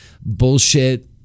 bullshit